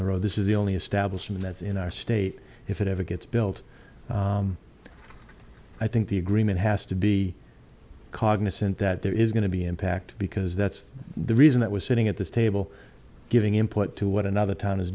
the road this is the only establishment that's in our state if it ever gets built i think the agreement has to be cognisant that there is going to be impact because that's the reason that was sitting at this table giving input to what another town is